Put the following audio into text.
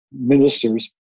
ministers